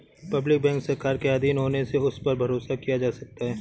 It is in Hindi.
पब्लिक बैंक सरकार के आधीन होने से उस पर भरोसा किया जा सकता है